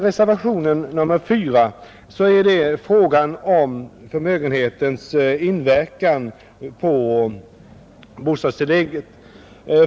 Reservationen 4 gäller inverkan av förmögenhet vid beräkningen av bostadstillägg.